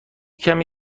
کمی